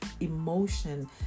emotion